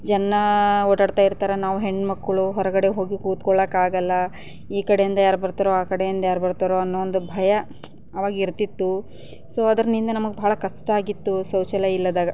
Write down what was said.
ಜನ ಓಡಾಡ್ತಾಯಿರ್ತಾರಾ ನಾವು ಹೆಣ್ಮಕ್ಕಳು ಹೊರಗಡೆ ಹೋಗಿ ಕೂತ್ಕೊಳ್ಳೋಕಾಗಲ್ಲ ಈ ಕಡೆಯಿಂದ ಯಾರು ಬರ್ತಾರೋ ಆ ಕಡೆಯಿಂದ ಯಾರು ಬರ್ತಾರೋ ಅನ್ನೋ ಒಂದು ಭಯ ಆವಾಗ ಇರ್ತಿತ್ತು ಸೊ ಅದರಿಂದ ನಮಗೆ ಬಹಳ ಕಷ್ಟ ಆಗಿತ್ತು ಶೌಚಾಲಯ ಇಲ್ಲದಾಗ